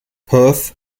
perth